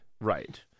right